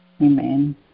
Amen